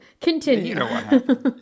Continue